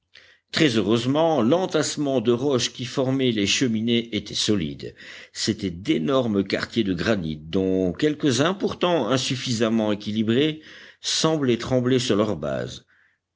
très heureusement l'entassement de roches qui formait les cheminées était solide c'étaient d'énormes quartiers de granit dont quelques-uns pourtant insuffisamment équilibrés semblaient trembler sur leur base